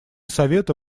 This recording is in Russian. совета